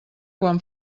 quan